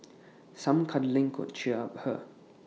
some cuddling could cheer her up